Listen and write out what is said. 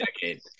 decade